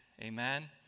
Amen